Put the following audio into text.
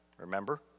remember